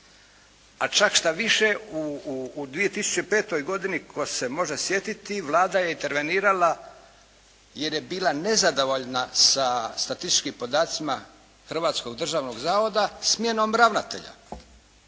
A čak štoviše, u 2005. godini tko se može sjetiti Vlada je intervenirala jer je bila nezadovoljna sa statističkim podacima Hrvatskog državnog zavoda smjenom ravnatelja.